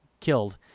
killed